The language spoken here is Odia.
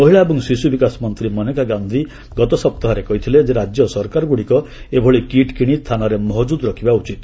ମହିଳା ଏବଂ ଶିଶୁ ବିକାଶ ମନ୍ତ୍ରୀ ମନେକା ଗାନ୍ଧୀ ଗତସପ୍ତାହରେ କହିଥିଲେ ଯେ ରାଜ୍ୟ ସରକାରଗୁଡ଼ିକ ଏଭଳି କିଟ୍ କିଶି ଥାନାରେ ମହଜୁଦ ରଖିବା ଉଚିତ